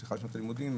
בפתיחת שנת הלימודים,